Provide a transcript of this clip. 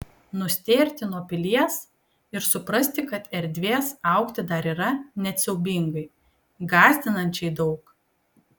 nustėrti nuo pilies ir suprasti kad erdvės augti dar yra net siaubingai gąsdinančiai daug